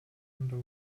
under